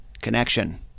connection